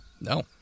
No